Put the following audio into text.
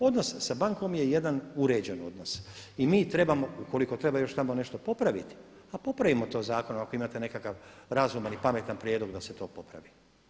Odnos sa bankom je jedan uređen odnos i mi trebamo ukoliko treba još tamo nešto popraviti pa popravimo to zakonom ako imate nekakav razuman i pametan prijedlog da se to popravi.